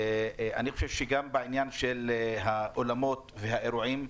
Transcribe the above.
גם בעניין אולמות האירועים,